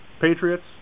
Patriots